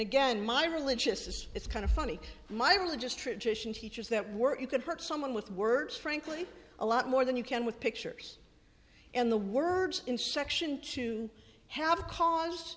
gain my religious is it's kind of funny my religious tradition teaches that were you can hurt someone with words frankly a lot more than you can with pictures and the words in section two have cause